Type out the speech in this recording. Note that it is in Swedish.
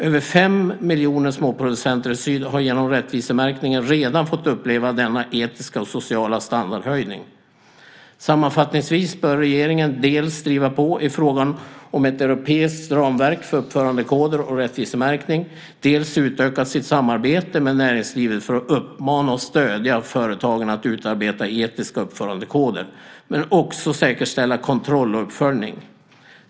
Över 5 miljoner småproducenter i syd har genom rättvisemärkningen redan fått uppleva en etisk och social standardhöjning. Sammanfattningsvis bör regeringen dels driva på i fråga om ett europeiskt ramverk för uppförandekoder och rättvisemärkning, dels utöka sitt samarbete med näringslivet för att uppmana och stödja företagen att utarbeta etiska uppförandekoder men också säkerställa kontroll och uppföljning.